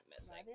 missing